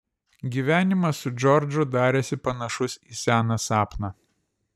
gyvenimas su džordžu darėsi panašus į seną sapną